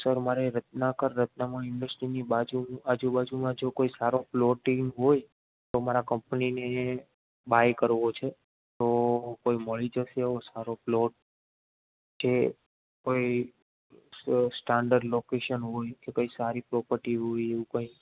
sir મારે રત્નાકર રત્નમાણીમાં ઇંદુસ્તરીની બાજુ આજુબાજુમાં જો કોઈ સારો પલોટિનગ તો મારા કંપનીની બાય કરવો છે તો કોઈ મળી જશે છે એવો સારો પ્લોટ કે કોઈ સ્ટાન્ડર્ડ લોકેશન હોય કે કઈ સારી પ્રોપર્ટી એવું કઈ